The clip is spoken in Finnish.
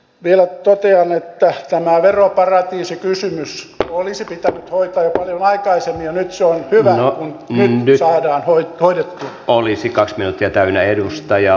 vielä totean että tämä veroparatiisikysymys olisi pitänyt hoitaa jo paljon aikaisemmin ja se on hyvä kun nyt saadaan hoitoon olisi kasvanut jo täynnä hoidettua